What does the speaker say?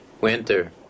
Winter